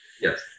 yes